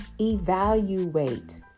evaluate